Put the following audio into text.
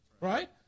right